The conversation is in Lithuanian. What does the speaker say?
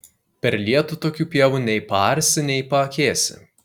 per lietų tokių pievų nei paarsi nei paakėsi